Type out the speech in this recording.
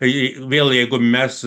vėl jeigu mes